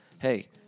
hey